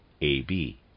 AB